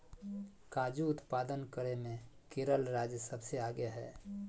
काजू उत्पादन करे मे केरल राज्य सबसे आगे हय